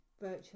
virtual